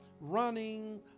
running